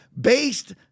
based